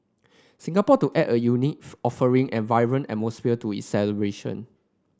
Singapore to add a unique offering and vibrant atmosphere to celebration